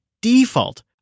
default